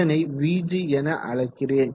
இதனை vg என அழைக்கிறேன்